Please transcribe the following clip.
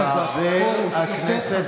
שר הבריאות,